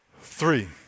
Three